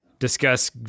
Discuss